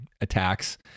attacks